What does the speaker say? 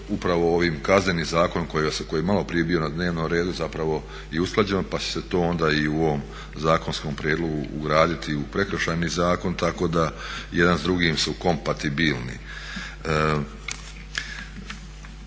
upravo ovim Kazneni zakon koji je malo prije bio na dnevnom redu zapravo i usklađeno pa će se to onda i u ovom zakonskom prijedlogu ugraditi i u Prekršajni zakon tako da jedan s drugim su kompatibilni.